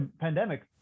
pandemic